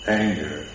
anger